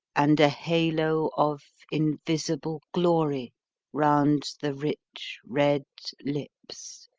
and a halo of invisible glory round the rich red lips,